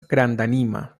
grandanima